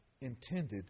intended